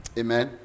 amen